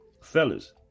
Fellas